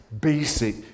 basic